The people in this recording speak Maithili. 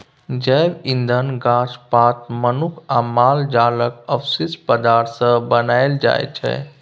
जैब इंधन गाछ पात, मनुख आ माल जालक अवशिष्ट पदार्थ सँ बनाएल जाइ छै